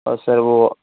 और सर वो